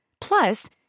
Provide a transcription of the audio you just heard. Plus